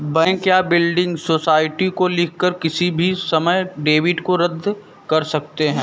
bank या building society को लिखकर किसी भी समय डेबिट को रद्द कर सकते हैं